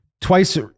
twice